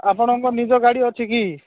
ଆପଣଙ୍କ ନିଜ ଗାଡ଼ି ଅଛି କି